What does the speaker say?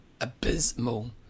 Abysmal